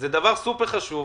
זה דבר סופר חשוב.